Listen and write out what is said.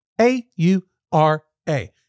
A-U-R-A